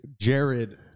Jared